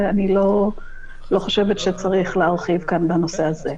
ואני לא חושבת שצריך להרחיב כאן בנושא הזה.